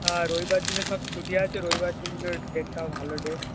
আর রবিবার দিনে সব ছুটি আছে রবিবার দিনের ডেটটাও ভালো ডেট